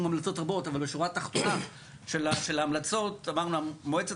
המלצנו המלצות רבות אבל בשורה התחתונה של ההמלצות אמרנו מועצת